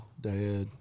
dad